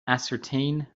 ascertain